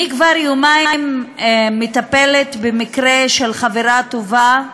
אני כבר יומיים מטפלת במקרה של חברה טובה,